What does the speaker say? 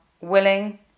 willing